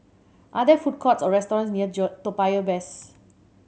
are there food courts or restaurants near Joe Toa Payoh West